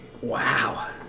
Wow